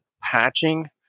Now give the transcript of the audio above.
Patching